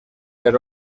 per